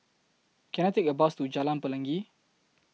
Can I Take A Bus to Jalan Pelangi